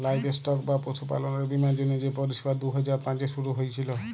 livestock বা পশুপাললের বীমার জ্যনহে যে পরিষেবা দু হাজার পাঁচে শুরু হঁইয়েছিল